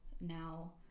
now